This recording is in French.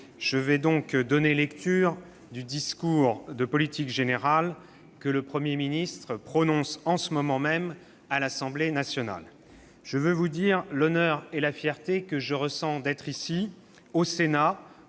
je vais donner lecture du discours de politique générale, que le Premier ministre prononce en ce moment même à l'Assemblée nationale. Je veux vous dire l'honneur et la fierté que je ressens d'être ici, au Sénat,